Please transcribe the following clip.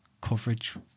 coverage